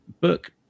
book